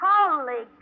Holy